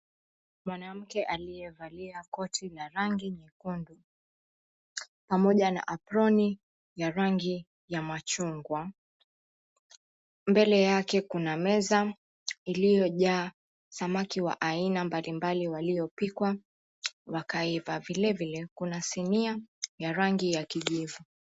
Mwanamke aliyevalia koti la rangi nyekundu pamoja na aproni ya rangi ya machungwa, mbele yake kuna meza iliyojaa samaki wa aina mbalimbali waliopikwa wakaiva vilevile kuna sinia ya rangi ya kijivu.